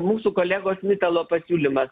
mūsų kolegos mitalo pasiūlymas